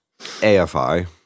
AFI